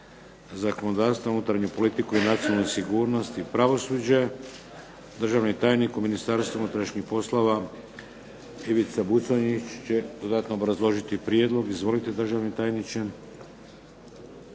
zakonodavstvo, unutarnju politiku i nacionalnu sigurnost i pravosuđe. Državni tajnik u Ministarstvu unutrašnjih poslova Ivica Buconjić će dodatno obrazložiti prijedlog. Izvolite državni tajniče.